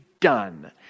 done